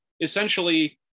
essentially